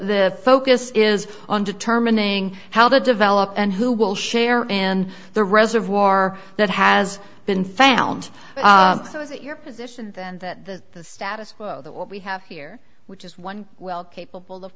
the focus is on determining how to develop and who will share in the reservoir that has been found so is it your position then that the the status quo that what we have here which is one well capable of